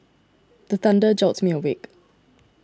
the thunder jolt me awake